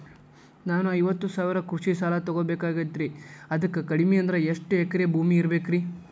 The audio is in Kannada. ನಾನು ಐವತ್ತು ಸಾವಿರ ಕೃಷಿ ಸಾಲಾ ತೊಗೋಬೇಕಾಗೈತ್ರಿ ಅದಕ್ ಕಡಿಮಿ ಅಂದ್ರ ಎಷ್ಟ ಎಕರೆ ಭೂಮಿ ಇರಬೇಕ್ರಿ?